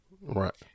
Right